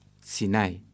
sinai